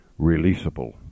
releasable